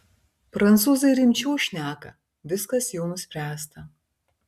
prancūzai rimčiau šneka viskas jau nuspręsta